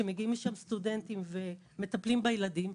שמגיעים משם סטודנטים ומטפלים בילדים.